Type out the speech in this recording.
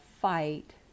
fight